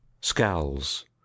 scowls